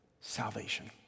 salvation